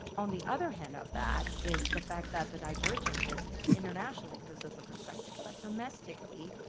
on the other hand of that is the fact that the divergences internationally, this is the perspective but domestically,